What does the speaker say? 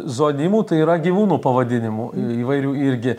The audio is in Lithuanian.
zoonimų tai yra gyvūnų pavadinimų įvairių irgi